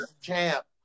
champ